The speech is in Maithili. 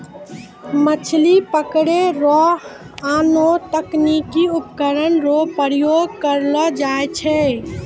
मछली पकड़ै रो आनो तकनीकी उपकरण रो प्रयोग करलो जाय छै